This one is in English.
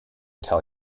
tell